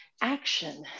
action